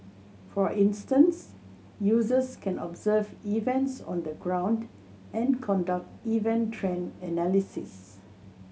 for instance users can observe events on the ground and conduct event trend analysis